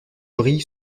brille